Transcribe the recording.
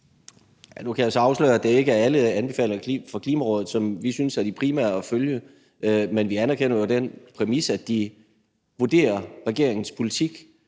Nu kan jeg så afsløre, at det ikke er alle anbefalinger fra Klimarådet, som vi synes er de primære at følge, men vi anerkender jo den præmis, at de vurderer regeringens politik.